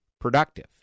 productive